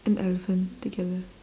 an elephant together